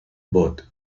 boat